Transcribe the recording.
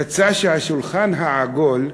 יצא שהשולחן העגול,